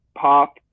Pop